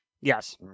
Yes